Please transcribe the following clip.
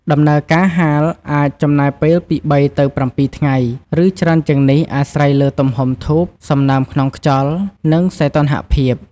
ដំណើរការហាលអាចចំណាយពេលពី ៣ ទៅ ៧ ថ្ងៃ ឬច្រើនជាងនេះ អាស្រ័យលើទំហំធូប សំណើមក្នុងខ្យល់ និងសីតុណ្ហភាព។